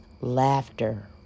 laughter